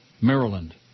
Maryland